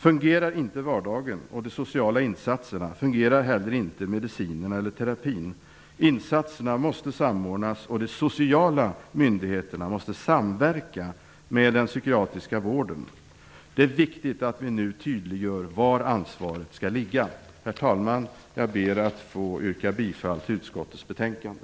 Fungerar inte vardagen och de sociala insatserna, fungerar heller inte mediciner eller terapi. Insatserna måste samordnas, och de sociala myndigheterna måste samverka med den psykiatriska vården. Det är viktigt att vi nu tydliggör var ansvaret skall ligga. Herr talman! Jag yrkar bifall till hemställan i utskottets betänkande.